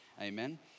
amen